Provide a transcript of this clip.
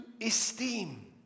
esteem